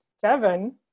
seven